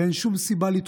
ואין שום סיבה